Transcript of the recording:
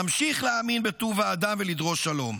נמשיך להאמין בטוב האדם ולדרוש שלום.